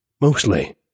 Mostly